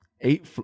eight